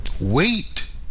wait